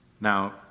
Now